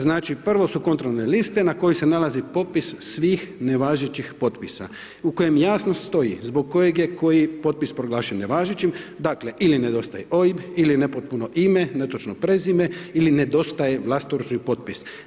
Znači, prvo su kontrolne liste na kojoj se nalazi popis svih nevažećih potpisa u kojem jasno stoji zbog kojeg je koji potpis proglašen nevažećim, dakle ili nedostaje OIB, ili je nepotpuno ime, netočno prezime ili nedostaje vlastoručni potpis.